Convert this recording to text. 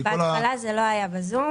בהתחלה זה לא היה בזום,